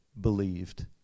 believed